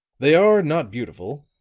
they are not beautiful,